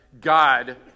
God